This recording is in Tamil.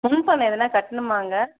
முன் பணம் எதனா கட்டணுமாங்க